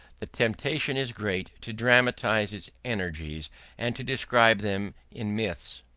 the temptation is great to dramatise its energies and to describe them in myths.